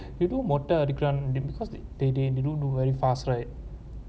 you know மொட்டை அடிக்க:mottai adika because they they do very fast right